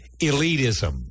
elitism